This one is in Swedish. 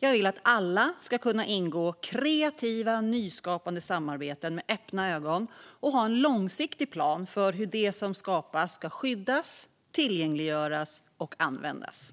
Jag vill att alla ska kunna ingå kreativa, nyskapande samarbeten med öppna ögon och ha en långsiktig plan för hur det som skapas ska skyddas, tillgängliggöras och användas.